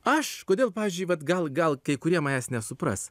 aš kodėl pavyzdžiui vat gal gal kai kurie manęs nesupras